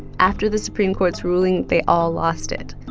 after the supreme court's ruling, they all lost it.